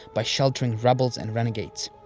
by sheltering rebels and renegades.